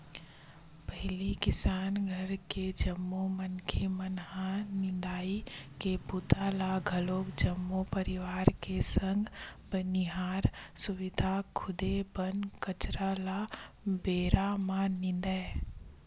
पहिली किसान घर के जम्मो मनखे मन ह निंदई के बूता ल घलोक जम्मो परवार के संग बनिहार सुद्धा खुदे बन कचरा ल बेरा म निंदय